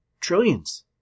Trillions